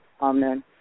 Amen